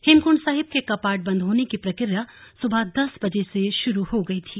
हेमकुंड साहिब के कपाट बंद होने की प्रक्रिया सुबह दस बजे से शुरू हो गई थी